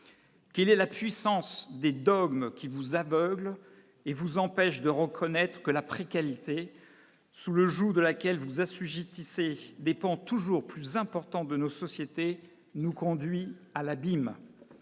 Quelle est la puissance des dogmes qui vous aveugle et vous empêche de reconnaître que la prix qualité sous le joug de laquelle vous assujettis c'est dépend toujours plus important de nos sociétés, nous conduisent à l'abîme,